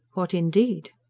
what indeed!